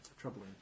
troubling